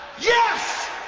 yes